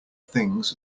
things